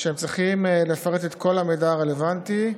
שהם צריכים לפרט את כל המידע הרלוונטי,